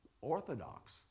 orthodox